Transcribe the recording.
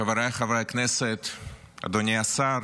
חבריי חברי הכנסת, אדוני השר,